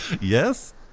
Yes